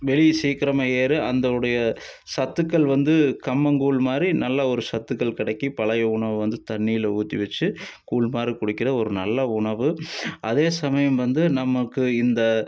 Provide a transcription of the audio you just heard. வெளியே சீக்கிரமாக ஏறும் அந்த உடைய சத்துக்கள் வந்து கம்மங்கூழ் மாதிரி நல்ல ஒரு சத்துக்கள் கிடைக்கும் பழைய உணவு வந்து தண்ணீர்ல ஊற்றி வச்சி கூழ் மாரி குடிக்கிற ஒரு நல்ல உணவு அதே சமயம் வந்து நமக்கு இந்த